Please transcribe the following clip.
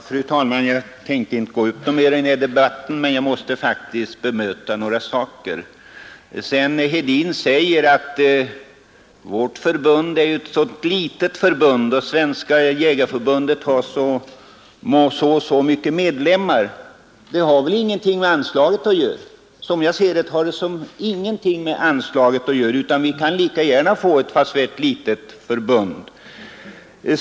Fru talman! Jag tänkte inte gå upp mer i den här debatten, men jag måste faktiskt bemöta några saker. Herr Hedin säger att vårt förbund är så litet och att Svenska jägareförbundet har så och så många medlemmar. Det har ingenting med anslaget att göra, som jag ser det, utan vi kan lika gärna få detta anslag fast vi är ett litet förbund.